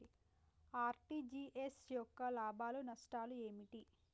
RTGS యొక్క లాభాలు నష్టాలు ఏమిటి?